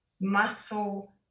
muscle